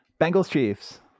Bengals-Chiefs